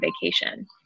vacation